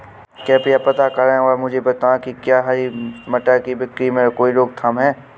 कृपया पता करें और मुझे बताएं कि क्या हरी मटर की बिक्री में कोई रोकथाम है?